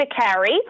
carry